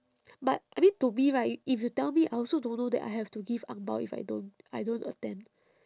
but I mean to me right if you tell me I also don't know that I have to give ang bao if I don't I don't attend